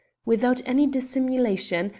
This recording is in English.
without any dissimulation,